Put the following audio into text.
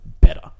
better